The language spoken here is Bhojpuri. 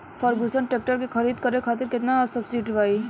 फर्गुसन ट्रैक्टर के खरीद करे खातिर केतना सब्सिडी बा?